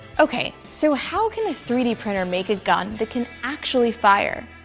okay, so how can a three d printer make a gun that can actually fire?